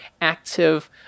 active